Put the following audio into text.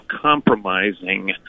compromising